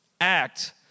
act